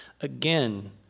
again